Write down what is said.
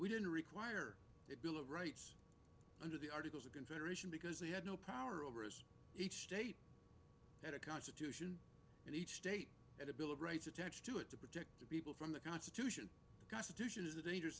we didn't require the bill of rights under the articles of confederation because they had no power over us each state had a constitution in each state and a bill of rights attached to it to protect the people from the constitution the constitution is a dangerous